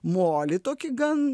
molį tokį gan